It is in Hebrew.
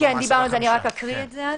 רק אקריא את זה.